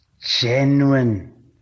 genuine